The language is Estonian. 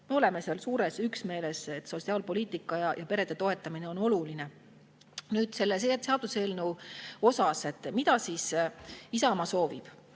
me oleme seal suures üksmeeles, et sotsiaalpoliitika ja perede toetamine on oluline. Nüüd sellest seaduseelnõust, mida Isamaa siis soovib.